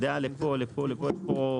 אותו דבר רק יותר גרוע.